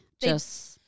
just-